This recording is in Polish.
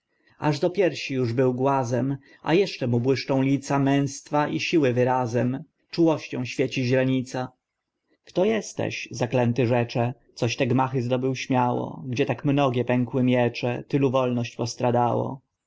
aż do piersi uż był głazem a eszcze mu błyszczą lica męstwa i siły wyrazem czułością świeci źrenica kto esteś zaklęty rzecze coś te gmachy zdobył śmiało gdzie tak mnogie pękły miecze tylu wolność postradało